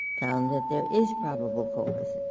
found that there is probable cause.